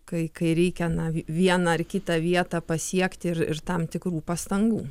kai kai reikia na vi vieną ar kitą vietą pasiekti ir ir tam tikrų pastangų